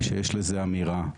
שיש לזה אמירה.